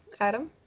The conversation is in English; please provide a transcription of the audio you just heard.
adam